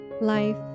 life